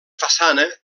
façana